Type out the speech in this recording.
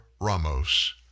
Ramos